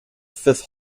fifth